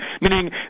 meaning